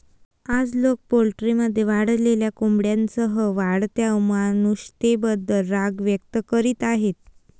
आज, लोक पोल्ट्रीमध्ये वाढलेल्या कोंबड्यांसह वाढत्या अमानुषतेबद्दल राग व्यक्त करीत आहेत